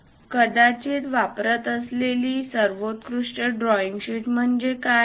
एखादा वापरत असलेली सर्वोत्कृष्ट ड्राइंग शीट म्हणजे काय